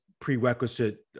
prerequisite